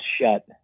shut